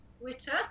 Twitter